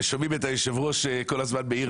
ושומעים את היושב-ראש כל הזמן מעיר